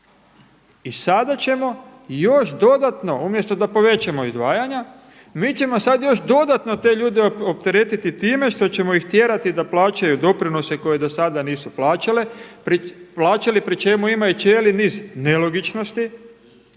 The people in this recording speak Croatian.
i sada ćemo još dodatno, umjesto da povećamo izdvajanja, mi ćemo sada još dodatno te ljude opteretiti time što ćemo ih tjerati da plaćaju doprinose koje do sada nisu plaćali pri čemu ima i cijeli niz nelogičnosti.